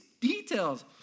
details